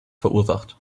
verursacht